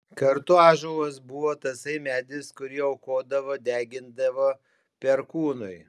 kartu ąžuolas buvo tasai medis kurį aukodavo degindavo perkūnui